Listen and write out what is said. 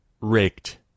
raked